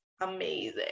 amazing